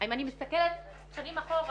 אם אני מסתכלת שנים אחורה,